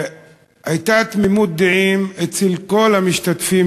הייתה תמימות דעים אצל כל המשתתפים,